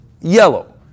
yellow